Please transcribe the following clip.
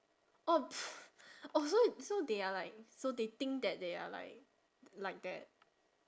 oh oh so so they are like so they think that they are like like that